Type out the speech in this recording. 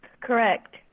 Correct